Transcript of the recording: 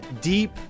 deep